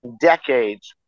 decades